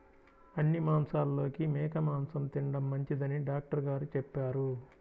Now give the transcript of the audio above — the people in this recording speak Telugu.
అన్ని మాంసాలలోకి మేక మాసం తిండం మంచిదని డాక్టర్ గారు చెప్పారు